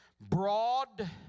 broad